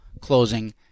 Closing